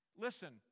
Listen